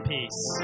Peace